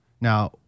Now